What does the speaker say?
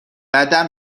بعدا